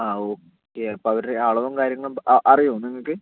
ആ ഓക്കെ അപ്പം അവരുടെ ആ അളവും കാര്യങ്ങളും ആ അറിയാമോ നിങ്ങൾക്ക്